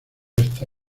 está